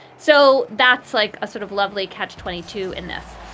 so that's like a sort of lovely catch twenty two in this.